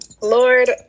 Lord